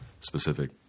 specific